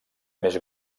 més